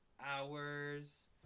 hours